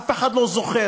אף אחד לא זוכר,